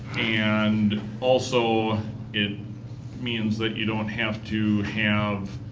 and also it means that you don't have to have